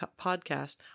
podcast